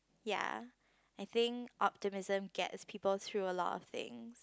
ya I think optimism gets people through a lot of things